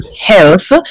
health